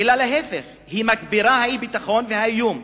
אלא להיפך, הם מגבירים את האי-ביטחון והאיום.